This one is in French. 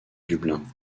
dublin